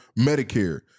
Medicare